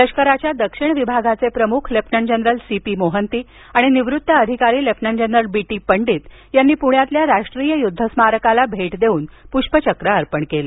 लष्कराच्या दक्षिण विभागाचे प्रमुख lieutenant general C P Mohanty आणि निवृत्त अधिकारी lieutenant general B T Pandit यांनी पुण्यातील राष्ट्रीय युद्ध स्मारकाला भेट देऊन पुष्पचक्र अर्पण केलं